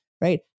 right